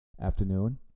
afternoon